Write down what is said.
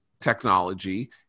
technology